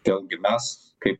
dėl mes kaip